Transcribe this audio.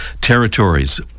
territories